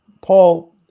Paul